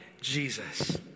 Jesus